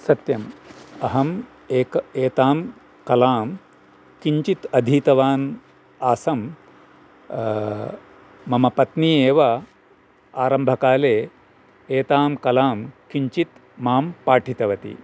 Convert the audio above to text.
सत्यम् अहं एक एतां कलां किञ्चित् अधीतवान् आसम् मम पत्नी एव आरम्भकाले एतां कलां किञ्चित् मां पाठितवती